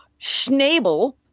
Schnabel